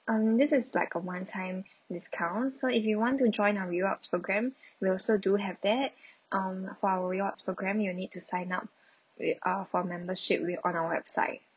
um this is like a one time discounts so if you want to join our rewards programme we also do have that um for our rewards programme you need to sign up with our for membership we on our website